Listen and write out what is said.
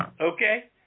Okay